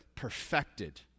perfected